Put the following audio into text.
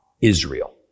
Israel